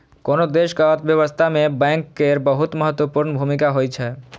कोनो देशक अर्थव्यवस्था मे बैंक केर बहुत महत्वपूर्ण भूमिका होइ छै